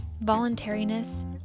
voluntariness